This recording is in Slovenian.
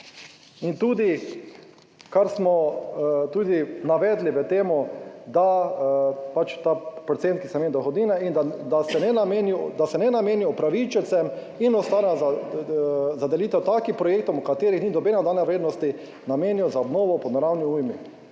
in tudi, kar smo tudi navedli v tem, da ta procent, ki se / nerazumljivo/ dohodnine, in da se ne nameni upravičencem in ostane za delitev takim projektom v katerih ni nobene dodane vrednosti, namenijo za obnovo po naravni ujmi